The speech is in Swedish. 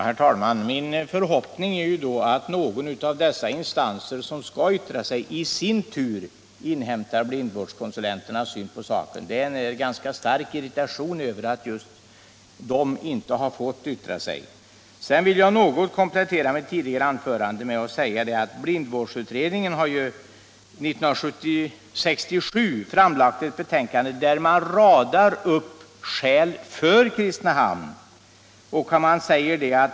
Herr talman! Min förhoppning är nu att någon av de instanser som skall yttra sig i sin tur inhämtar blindvårdskonsulenternas syn på saken; det råder nämligen en ganska stark irritation över att just de inte har fått yttra sig. Jag vill något komplettera mitt tidigare anförande med att nämna att blindvårdsutredningen 1967 framlade ett betänkande där man radade upp skäl för Kristinehamn.